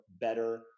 better